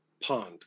pond